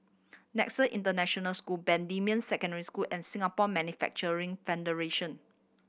Nexus International School Bendemeer Secondary School and Singapore Manufacturing Federation